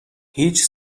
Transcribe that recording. هیچ